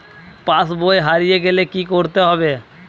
পাশবই হারিয়ে গেলে কি করতে হবে?